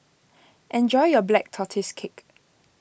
enjoy your Black Tortoise Cake